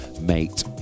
Mate